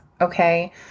okay